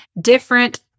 different